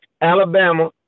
Alabama